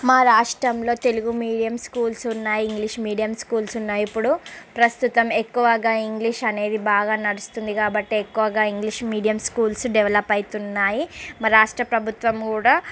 మా రాష్ట్రంలో Telugu medium schools ఉన్నాయి ఇంగ్లీష్ మీడియం స్కూల్స్ ఉన్నాయి ఇప్పుడు ప్రస్తుతం ఎక్కువగా ఇంగ్లీష్ అనేది బాగా నడుస్తుంది కాబట్టి ఎక్కువగా ఇంగ్లీష్ మీడియం స్కూల్స్ డెవలప్ అవుతున్నాయి మా రాష్ట్ర ప్రభుత్వం కూడా